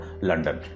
london